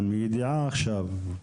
מידיעה עכשיו,